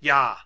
ja